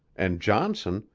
and johnson,